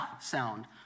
sound